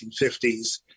1950s